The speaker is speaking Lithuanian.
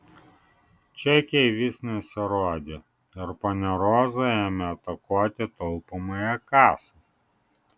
čekiai vis nesirodė ir ponia roza ėmė atakuoti taupomąją kasą